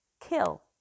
kill